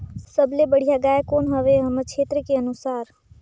सबले बढ़िया गाय कौन हवे हमर क्षेत्र के अनुसार?